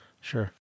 sure